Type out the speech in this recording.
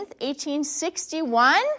1861